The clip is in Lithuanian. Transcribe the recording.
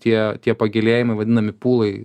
tie tie pagilėjimai vadinami pulai